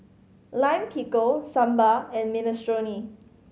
Lime Pickle Sambar and Minestrone